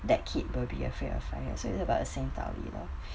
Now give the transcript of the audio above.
that kid will be afraid of fire so it's about the same 道理 lor